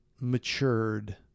matured